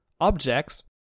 objects